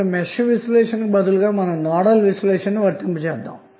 ఇక్కడ మెష్ విశ్లేషణకు బదులుగా నోడల్ విశ్లేషణ ను వర్తింప చేద్దాము